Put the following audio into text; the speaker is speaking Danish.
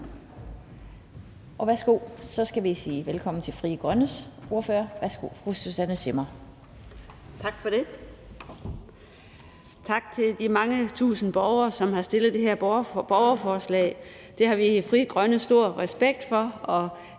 bemærkninger. Så skal vi sige velkommen til Frie Grønnes ordfører. Værsgo, fru Susanne Zimmer. Kl. 15:27 (Ordfører) Susanne Zimmer (FG): Tak for det, og tak til de mange tusind borgere, som har stillet det her borgerforslag. Det har vi i Frie Grønne stor respekt for,